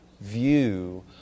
view